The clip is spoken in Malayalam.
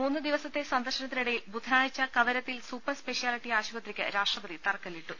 മൂന്ന് ദിവ സത്തെ സന്ദർശ നിത്തിനിട്ടിയിൽ ബുധനാഴ്ച കവരത്തിയിൽ സൂപ്പർ സ്പെഷ്യാലിറ്റി ആശുപത്രിക്ക് രാഷ്ട്രപതി തറക്കല്ലിട്ടു